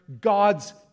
God's